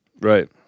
Right